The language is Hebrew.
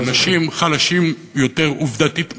האנשים חלשים יותר, עובדתית.